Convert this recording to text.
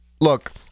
Look